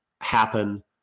happen